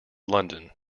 london